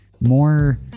more